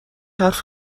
حرف